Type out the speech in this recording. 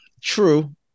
True